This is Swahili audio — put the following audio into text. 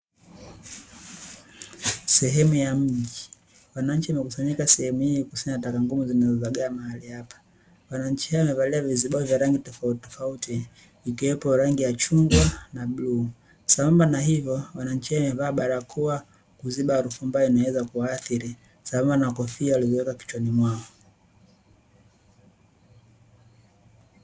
Sehemu ya mji wananchi wamekusanyika sehemu hii kukusanya taka ngumu, zinazozagaa mahali hapa, wananchi hao wamevalia vizibao vya rangi tofautitofauti, ikiwepo rangi ya chungwa na bluu, sambamba na hivo wananchi hao wamevaa barakoa kuziba harufu mbaya imeweza kuathiri, sambamba na kofia walizoweka kichwani mwao.